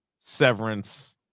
Severance